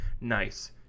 nice